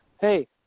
hey